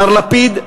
מר לפיד,